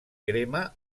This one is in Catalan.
crema